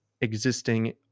existing